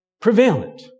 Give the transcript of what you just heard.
prevalent